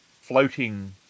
floating